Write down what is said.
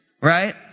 right